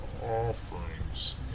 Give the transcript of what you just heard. offerings